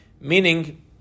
Meaning